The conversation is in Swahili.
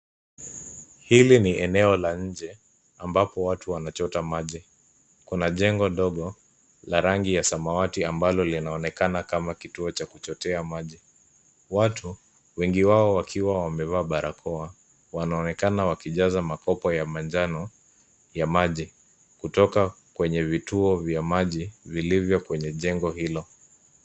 Hili ni eneo la nje ambapo watu wanachota maji. Kuna jengo dogo, la rangi ya samawati ambalo linaonekana kama kituo cha kuchotea maji. Watu, wengi wao wakiwa wamevaa barakoa wanaonekana wakijaza makopo ya manjano ya maji kutoka kwenye vituo vya maji vilivyo kwenye jengo hilo.